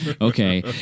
Okay